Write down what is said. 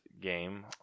game